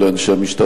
לאנשי המשטרה,